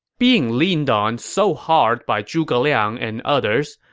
being leaned on so hard by zhuge liang and others,